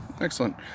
Excellent